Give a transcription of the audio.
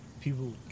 people